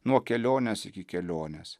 nuo kelionės iki kelionės